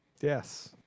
Yes